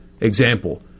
example